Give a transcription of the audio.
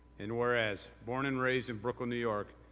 and whereas, born and raised in brooklyn, new york,